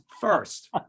first